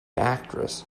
actress